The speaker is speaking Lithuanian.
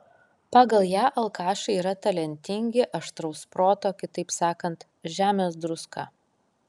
pagal ją alkašai yra talentingi aštraus proto kitaip sakant žemės druska